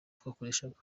twakoreshaga